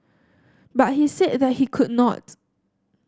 but he said that he could not